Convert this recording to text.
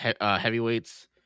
heavyweights